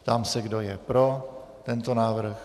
Ptám se, kdo je pro tento návrh.